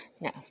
no